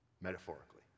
metaphorically